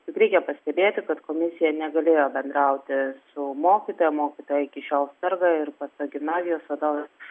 bet reikia pastebėti kad komisija negalėjo bendrauti su mokytoja mokytoja iki šiol serga ir pasak gimnazijos vadovės